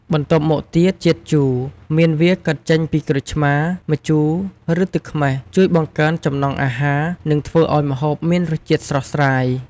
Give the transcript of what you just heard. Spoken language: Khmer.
បន្ទាប់មកទៀត ជាតិជូរ មានវាកើតចេញពីក្រូចឆ្មារ ម្ជូរ ឬទឹកខ្មេះ ជួយបង្កើនចំណង់អាហារ និងធ្វើឱ្យម្ហូបមានរសជាតិស្រស់ស្រាយ។